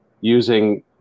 using